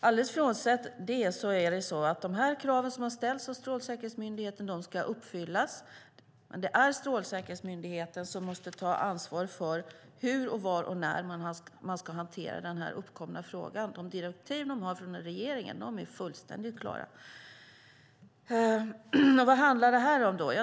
Alldeles frånsett det är det så att de krav som har ställts av Strålsäkerhetsmyndigheten ska uppfyllas, men det är Strålsäkerhetsmyndigheten som måste ta ansvar för hur, var och när man ska hantera den uppkomna frågan. De direktiv de har från regeringen är fullständigt klara. Vad handlar det här om då?